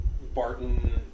Barton